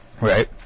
right